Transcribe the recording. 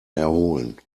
erholen